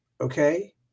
okay